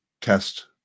test